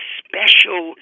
special